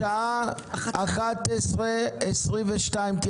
הישיבה ננעלה בשעה 11:00.